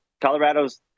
Colorado's